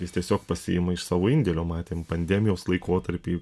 jis tiesiog pasiima iš savo indėlio matėm pandemijos laikotarpį